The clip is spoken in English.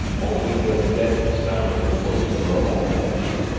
only the deadened sound of the hoofs of our own horses,